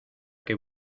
que